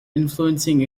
influencing